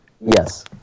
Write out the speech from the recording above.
Yes